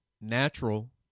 natural